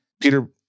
Peter